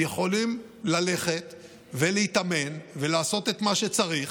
יכולים ללכת ולהתאמן ולעשות את מה שצריך,